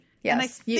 yes